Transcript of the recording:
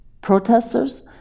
protesters